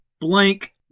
blank